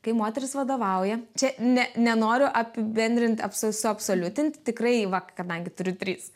kai moteris vadovauja čia ne nenoriu apibendrint abso suabsoliutint tikrai va kadangi turiu tris